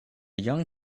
young